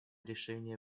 решение